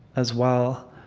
as well.